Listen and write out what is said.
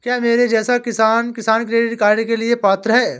क्या मेरे जैसा किसान किसान क्रेडिट कार्ड के लिए पात्र है?